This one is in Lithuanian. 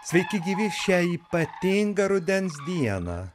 sveiki gyvi šią ypatingą rudens dieną